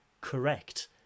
correct